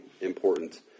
important